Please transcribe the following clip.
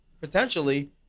potentially